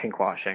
pinkwashing